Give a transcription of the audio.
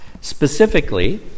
Specifically